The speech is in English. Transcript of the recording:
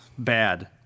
Bad